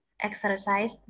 exercise